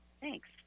Thanks